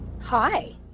Hi